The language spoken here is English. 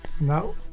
No